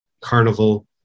carnival